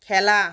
খেলা